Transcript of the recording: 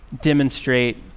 demonstrate